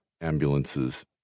ambulances